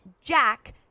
Jack